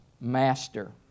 master